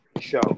show